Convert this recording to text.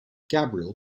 gabriel